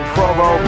Provo